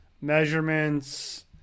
measurements